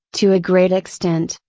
to a great extent,